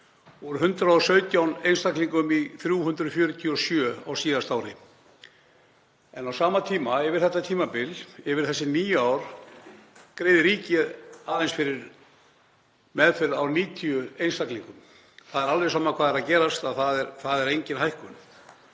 úr 117 einstaklingum í 347 á síðasta ári, en á sama tíma yfir þetta tímabil, þessi níu ár, greiðir ríkið aðeins fyrir meðferð 90 einstaklinga. Það er alveg sama hvað er að gerast, það er engin hækkun.